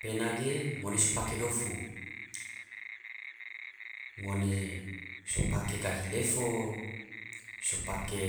Pena ge ngone so pake dofu, ngone so pake gahi lefo, so pake